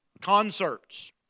Concerts